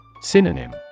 Synonym